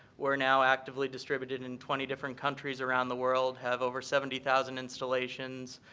we're now actively distributed in in twenty different countries around the world. have over seventy thousand installations.